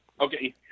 Okay